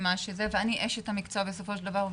ואני אשת המקצוע בסופו של דבר,